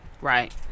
Right